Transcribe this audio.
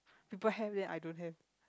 people have then I don't have